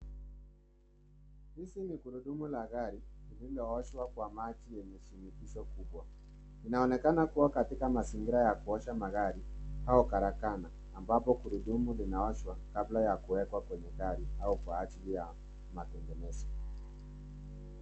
Hizi ni gurudumu la gari lililooshwa kwa maji yenye shinikizo kubwa. Inaonekana kuwa katika mazingira ya kuosha magari au karakana ambapo gurudumu linaoshwa kabla ya kuwekwa kwenye gari au kwa ajili ya matengenezo.